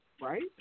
Right